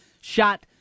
shot